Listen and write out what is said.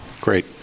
Great